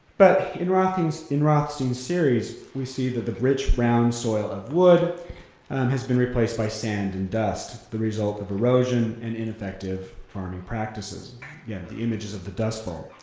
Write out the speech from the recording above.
but in rothstein's in rothstein's series we see that the rich brown soil of wood has been replaced by sand and dust, the result of erosion and ineffective farming practices, again yeah the images of the dust bowl.